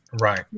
right